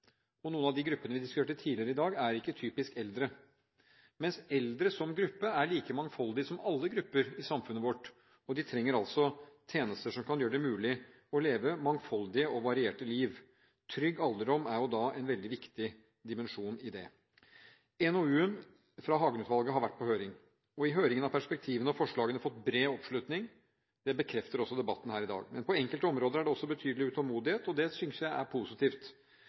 alder. Noen av de gruppene vi diskuterte tidligere i dag, er ikke typisk eldre, mens eldre som gruppe er like mangfoldig som alle andre grupper i samfunnet vårt. De trenger tjenester som kan gjøre det mulig å leve et mangfoldig og variert liv. Trygg alderdom er en veldig viktig dimensjon i det. NOU-en fra Hagen-utvalget har vært på høring. I høringen har perspektivene og forslagene fått bred oppslutning. Det bekrefter også debatten her i dag. Men på enkelte områder er det betydelig utålmodighet. Det synes jeg er positivt.